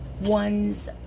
one's